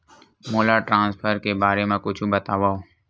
मोला ट्रान्सफर के बारे मा कुछु बतावव?